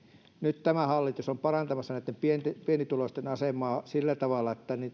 nyt tämä hallitus on parantamassa näitten pienituloisten asemaa sillä tavalla että